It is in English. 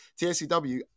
TSCW